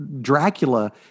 Dracula